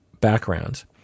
backgrounds